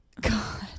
God